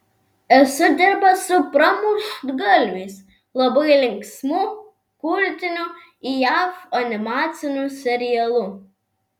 esu dirbęs su pramuštgalviais labai linksmu kultiniu jav animaciniu serialu